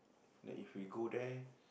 then if we go there